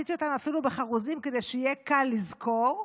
עשיתי אותן אפילו בחרוזים כדי שיהיה קל לזכור,